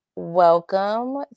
Welcome